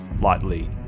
lightly